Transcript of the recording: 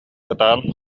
ытаан